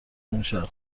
اونشب